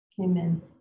amen